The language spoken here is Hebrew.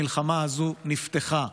המלחמה הזו נפתחה.